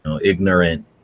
ignorant